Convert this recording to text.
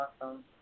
awesome